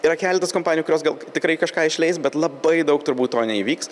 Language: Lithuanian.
yra keletas kompanijų kurios gal tikrai kažką išleis bet labai daug turbūt to neįvyks